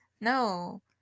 No